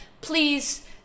Please